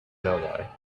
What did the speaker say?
know